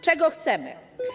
Czego chcemy?